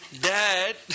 Dad